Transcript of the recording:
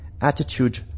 attitude